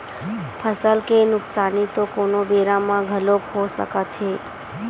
फसल के नुकसानी तो कोनो बेरा म घलोक हो सकत हे